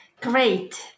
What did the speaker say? Great